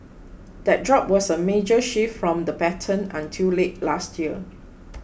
that drop was a major shift from the pattern until late last year